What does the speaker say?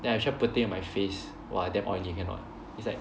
then I try putting on my face !wah! damn oily I cannot it's like